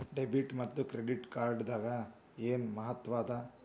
Debit ಮತ್ತ credit ಕಾರ್ಡದ್ ಏನ್ ಮಹತ್ವ ಅದ?